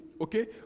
okay